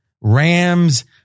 Rams